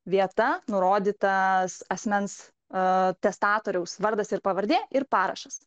vieta nurodytas asmens a testatoriaus vardas ir pavardė ir parašas